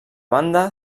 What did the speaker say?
banda